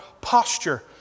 posture